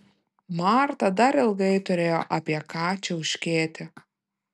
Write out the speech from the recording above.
marta dar ilgai turėjo apie ką čiauškėti